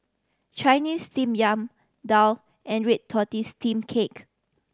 Chinese Steamed Yam daal and red tortoise steamed cake